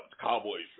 Cowboys